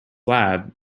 lab